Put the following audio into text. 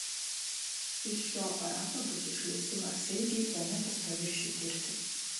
iš šio aparato bus išleisti marsaeigiai planetos paviršiui tirti